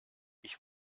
ich